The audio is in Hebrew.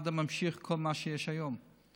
מד"א ממשיך כל מה שיש היום.